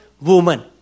woman